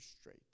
straight